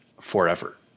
forever